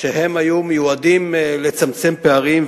שהיו מיועדים לצמצום פערים,